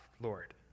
Lord